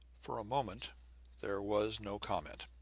for a moment there was no comment,